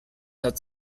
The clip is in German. hat